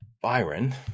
Byron